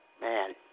Man